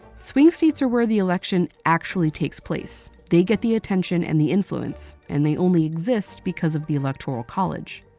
swing states are where the election actually takes place. they get the attention and the influence. and they only exist because of the electoral college.